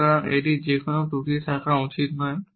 সুতরাং এটির কোনও ত্রুটি থাকা উচিত নয়